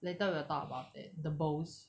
later we'll talk about it the bowls